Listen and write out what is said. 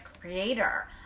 creator